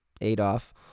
Adolf